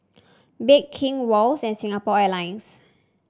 Bake King Wall's and Singapore Airlines